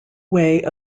way